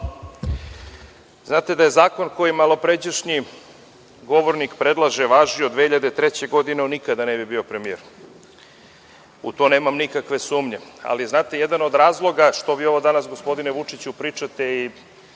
da je zakon koji je malopređašnji govornik predlaže važio 2003. godine on nikada ne bi bio premijer. U to nemam nikakve sumnje, ali znate jedan od razloga što vi ovo danas, gospodine Vučiću, pričate je